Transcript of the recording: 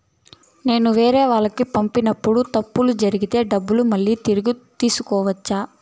నేను వేరేవాళ్లకు పంపినప్పుడు తప్పులు జరిగితే డబ్బులు మళ్ళీ తిరిగి తీసుకోవచ్చా?